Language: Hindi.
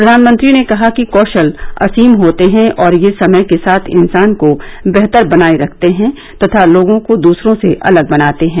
प्रधानमंत्री ने कहा कि कौशल असीम होते हैं और यह समय के साथ इंसान को बेहतर बनाए रखते हैं तथा लोगों को दूसरों से अलग बनाते हैं